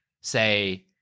say-